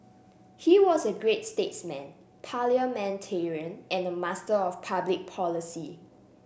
he was a great statesman parliamentarian and a master of public policy